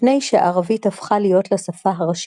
לפני שהערבית הפכה להיות לשפה הראשית,